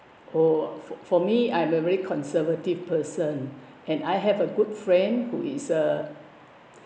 oh for me I am a very conservative person and I have a good friend who is uh